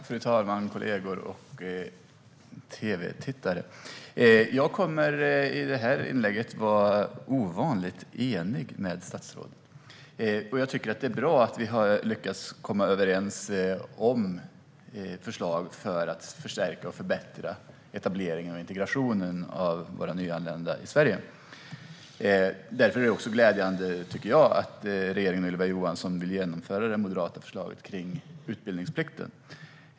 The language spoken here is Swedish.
Fru talman! Kollegor och tv-tittare! Jag kommer i det här inlägget att vara ovanligt enig med statsrådet. Jag tycker att det är bra att vi har lyckats komma överens om förslag för att förstärka och förbättra etableringen och integrationen av våra nyanlända i Sverige. Därför är det också glädjande, tycker jag, att regeringen och Ylva Johansson vill genomföra det moderata förslaget om utbildningsplikten.